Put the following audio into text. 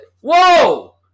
Whoa